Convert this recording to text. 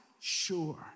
sure